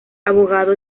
abogado